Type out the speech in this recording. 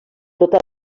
tota